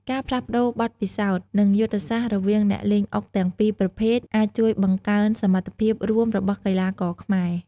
ការផ្លាស់ប្តូរបទពិសោធន៍ និងយុទ្ធសាស្ត្ររវាងអ្នកលេងអុកទាំងពីរប្រភេទអាចជួយបង្កើនសមត្ថភាពរួមរបស់កីឡាករខ្មែរ។